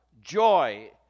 joy